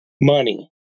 Money